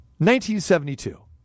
1972